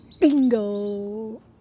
Bingo